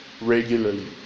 regularly